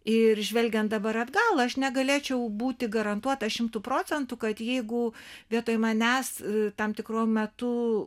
ir žvelgiant dabar atgal aš negalėčiau būti garantuota šimtu procentų kad jeigu vietoj manęs tam tikru metu